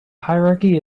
hierarchy